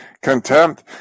contempt